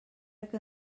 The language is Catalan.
que